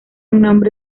nombre